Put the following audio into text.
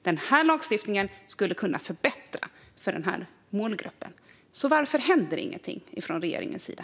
Denna lagstiftning skulle innebära en förbättring för målgruppen. Varför händer ingenting från regeringens sida?